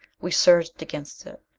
we surged against it.